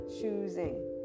choosing